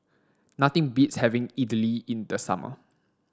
nothing beats having Idili in the summer